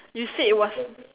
you said it was